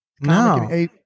No